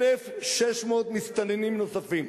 1,600 מסתננים נוספים.